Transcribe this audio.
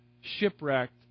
shipwrecked